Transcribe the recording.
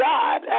God